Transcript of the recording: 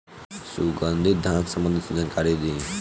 सुगंधित धान संबंधित जानकारी दी?